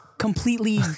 Completely